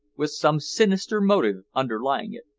with some sinister motive underlying it.